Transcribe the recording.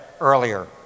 earlier